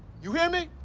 you hear me?